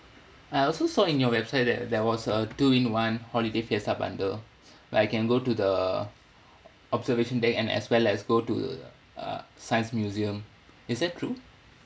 I also saw in your website that there was a two in one holiday fiesta bundle where I can go to the observation deck and as well as go to uh science museum is that true